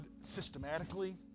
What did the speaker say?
systematically